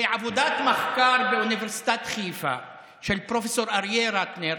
מעבודת מחקר באוניברסיטת חיפה של פרופ' אריה רטנר,